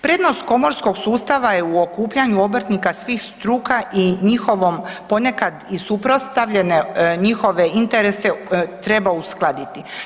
Prednost komorskog sustava je u okupljanju obrtnika svih struka i njihovom ponekad i suprotstavljene njihove interese treba uskladiti.